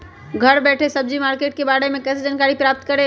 घर बैठे सब्जी मार्केट के बारे में कैसे जानकारी प्राप्त करें?